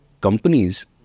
companies